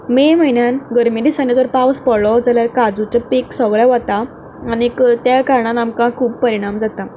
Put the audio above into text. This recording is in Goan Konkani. मे म्हयन्यान गर्मे दिसांनी जर पावस पडलो जाल्यार काजुचें पीक सगळें वता आनीक त्या कारणान आमकां खूब परिणाम जाता